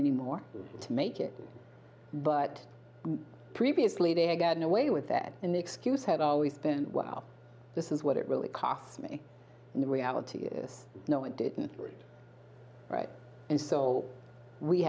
any more to make it but previously they had gotten away with that in the excuse had always been well this is what it really costs me and the reality is no it didn't read right and so we